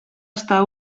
està